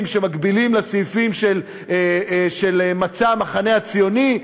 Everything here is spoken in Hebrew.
שמקבילים לסעיפים של מצע המחנה הציוני,